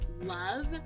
love